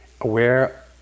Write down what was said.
aware